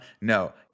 No